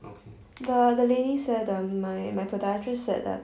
the the ladies there my my podiatrist said that